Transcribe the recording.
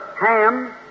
Ham